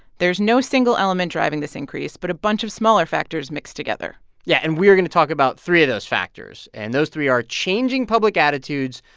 there's no single element driving this increase but a bunch of smaller factors mixed together yeah, and we're going to talk about three of those factors. and those three are changing public attitudes,